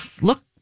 look